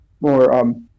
more